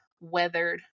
weathered